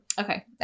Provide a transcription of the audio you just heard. Okay